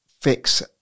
fix